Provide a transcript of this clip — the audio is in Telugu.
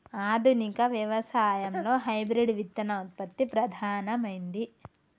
ఆధునిక వ్యవసాయం లో హైబ్రిడ్ విత్తన ఉత్పత్తి ప్రధానమైంది